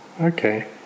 okay